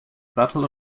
battle